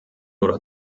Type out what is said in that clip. oder